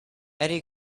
eddy